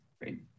Great